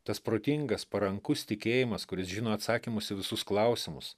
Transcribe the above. tas protingas parankus tikėjimas kuris žino atsakymus į visus klausimus